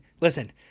listen